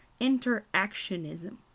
interactionism